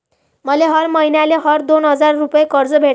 मले हर मईन्याले हर दोन हजार रुपये कर्ज भेटन का?